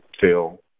Phil